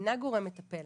אינה גורם מטפל,